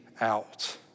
out